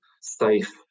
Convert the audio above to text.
safe